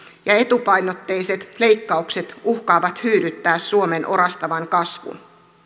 ja etupainotteiset leikkaukset uhkaavat hyydyttää suomen orastavan kasvun